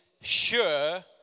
sure